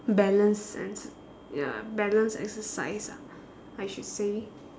balance and s~ ya balance exercise ah I should say